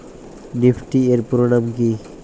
Nifty এর পুরোনাম কী?